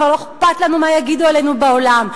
כבר לא אכפת לנו מה יגידו עלינו בעולם.